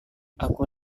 aku